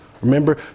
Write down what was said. Remember